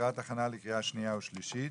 לקראת הכנה לקריאה שנייה ושלישית.